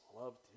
loved